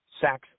sacks